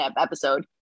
episode